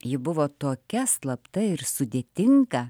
ji buvo tokia slapta ir sudėtinga